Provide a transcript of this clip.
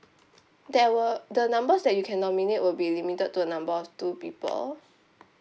there will the numbers that you can nominate would be limited to a number of two people